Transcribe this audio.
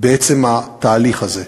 בעצם התהליך הזה.